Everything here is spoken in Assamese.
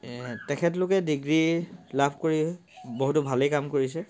তেখেতলোকে ডিগ্ৰী লাভ কৰি বহুতো ভালেই কাম কৰিছে